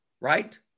Right